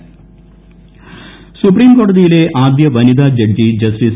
governor സുപ്രീംകോടതിയിലെ ആദ്യ വനിതാ ജഡ്ജി ജസ്റ്റിസ്